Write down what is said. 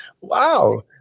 Wow